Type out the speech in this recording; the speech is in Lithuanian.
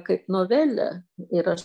kaip novelė ir aš